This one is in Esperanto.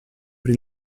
pri